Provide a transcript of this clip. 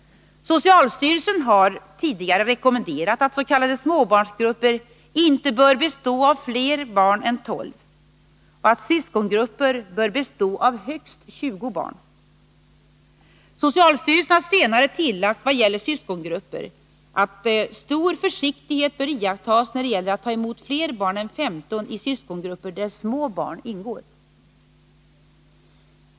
Socialstyrelsen har tidigare rekommenderat att s.k. småbarnsgrupper inte bör bestå av fler än 12 barn och att syskongrupper bör bestå av högst 20 barn. Socialstyrelsen har senare tillagt i vad gäller syskongrupper att stor försiktighet bör iakttas när det gäller att ta emot fler barn än 15 i syskongrupper där små barn ingår.